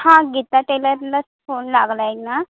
हां गीता टेलरलाच फोन लागलाय ना